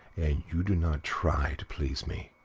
you do not try to please me.